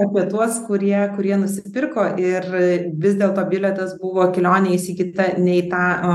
apie tuos kurie kurie nusipirko ir vis dėlto bilietas buvo kelionės į kitą nei tą